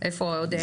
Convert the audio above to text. איפה עוד אין?